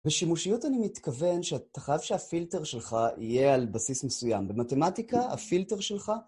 בשימושיות אני מתכוון שאתה חייב שהפילטר שלך יהיה על בסיס מסוים. במתמטיקה, הפילטר שלך...